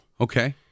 Okay